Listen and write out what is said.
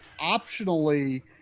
optionally